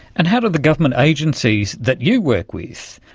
and how do the government agencies that you work with,